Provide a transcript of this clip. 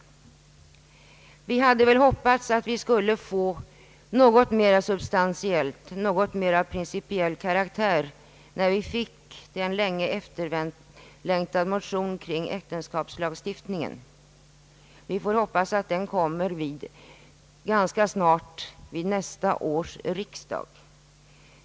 Vi hade väl hoppats att vi skulle få något mer substantiellt, något av mera principiell karaktär när vi fick den länge väntade propositionen kring äktenskapslagstiftningen. Vi får hoppas att det kommer ganska snart, vid nästa års riksdag.